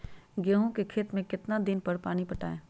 गेंहू के खेत मे कितना कितना दिन पर पानी पटाये?